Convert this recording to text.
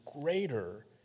greater